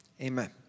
amen